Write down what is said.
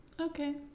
Okay